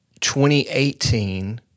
2018